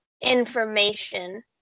information